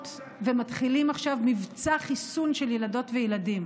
ומתחילים עכשיו מבצע חיסון של ילדות וילדים,